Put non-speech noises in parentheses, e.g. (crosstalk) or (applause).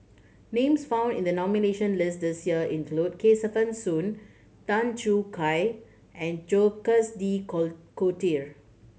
names found in the nomination list this year include Kesavan Soon Tan Choo Kai and Jacques De (unintelligible) Coutre